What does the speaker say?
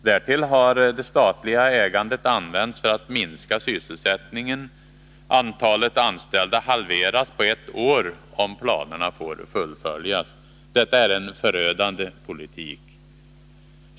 Därtill har det statliga ägandet använts för att minska sysselsättningen — antalet anställda halveras på ett år, om planerna får fullföljas. Detta är en förödande politik.